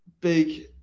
big